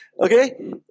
Okay